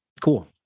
cool